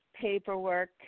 paperwork